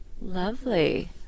Lovely